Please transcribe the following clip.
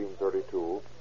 1932